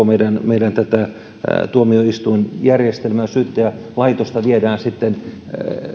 meidän meidän koko tuomioistuinjärjestelmää syyttäjälaitosta viedään